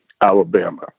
Alabama